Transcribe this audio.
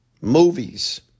movies